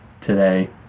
today